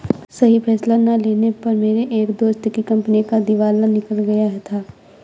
सही फैसला ना लेने पर मेरे एक दोस्त की कंपनी का दिवाला निकल गया था